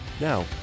Now